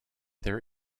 their